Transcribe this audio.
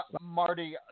Marty